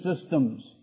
systems